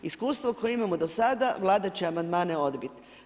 Iskustvo koje imamo dosada, Vlada će amandmane odbiti.